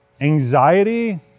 anxiety